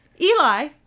Eli